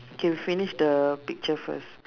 okay we finish the picture first